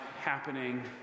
happening